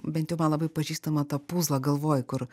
bent jau man labai pažįstama ta pūzla galvoj kur